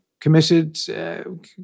committed